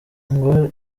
ngo